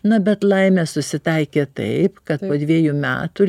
na bet laimė susitaikė taip ka po dviejų metų